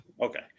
Okay